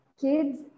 Kids